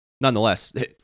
nonetheless